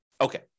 Okay